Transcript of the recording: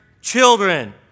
children